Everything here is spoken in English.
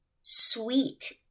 sweet